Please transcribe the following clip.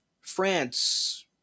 France